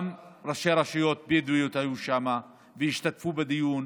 גם ראשי רשויות בדואיות היו שם והשתתפו בדיון